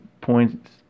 points